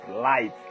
life